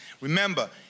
Remember